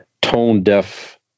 tone-deaf